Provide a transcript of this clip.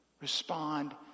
Respond